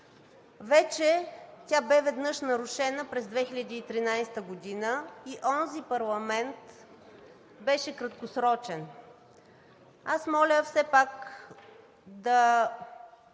Вече тя бе веднъж нарушена през 2013 г. и онзи парламент беше краткосрочен. Аз моля все пак да